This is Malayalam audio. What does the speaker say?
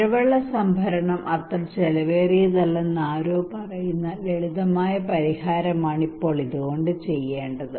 മഴവെള്ള സംഭരണം അത്ര ചെലവേറിയതല്ലെന്ന് ആരോ പറയുന്ന ലളിതമായ പരിഹാരമാണ് ഇപ്പോൾ ഇത് കൊണ്ട് ചെയ്യേണ്ടത്